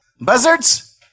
Buzzards